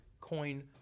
coin